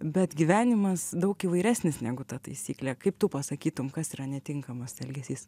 bet gyvenimas daug įvairesnis negu ta taisyklė kaip tu pasakytum kas yra netinkamas elgesys